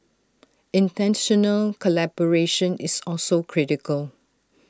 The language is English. International collaboration is also critical